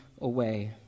away